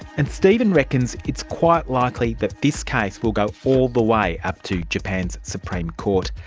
and stephen reckons it's quite likely that this case will go all the way up to japan's supreme court.